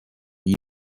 you